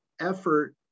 effort